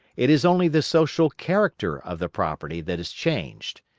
it is only the social character of the property that is changed.